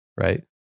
right